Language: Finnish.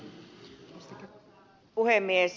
arvoisa puhemies